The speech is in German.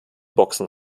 boxen